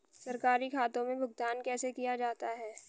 सरकारी खातों में भुगतान कैसे किया जाता है?